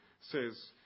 says